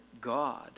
God